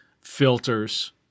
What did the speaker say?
filters